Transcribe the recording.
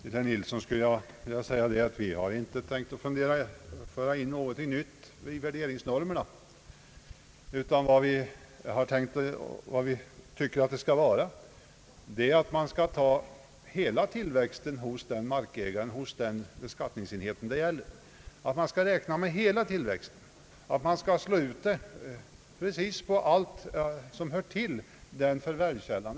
Herr talman! Till herr Nilsson vill jag säga att vi inte tänkt föra in något nytt i värderingsnormerna. Vad vi anser är att man skall räkna med hela tillväxten hos den beskattningsenhet det gäller och att man skall slå ut den på allt som hör till förvärvskällan.